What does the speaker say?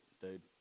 dude